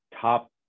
top